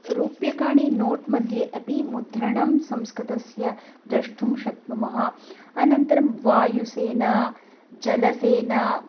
रूप्यकाणि नोट्मध्ये अपि मुद्रणं संस्कृतस्य द्रष्टुं शक्नुमः अनन्तरं वायुसेना जलसेना